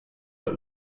der